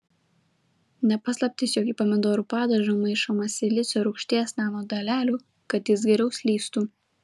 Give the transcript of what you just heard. ne paslaptis jog į pomidorų padažą maišoma silicio rūgšties nanodalelių kad jis geriau slystų